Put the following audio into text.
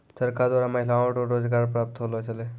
चरखा द्वारा महिलाओ रो रोजगार प्रप्त होलौ छलै